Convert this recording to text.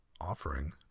offering